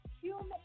human